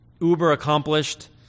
uber-accomplished